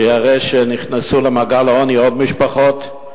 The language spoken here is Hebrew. שיראה שנכנסו למעגל העוני עוד משפחות?